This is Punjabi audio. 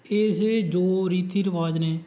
ਇਸੇ ਜੋ ਰੀਤੀ ਰਿਵਾਜ਼ ਨੇ